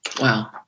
Wow